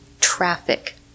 traffic